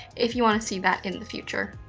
if you wanna see that in the future.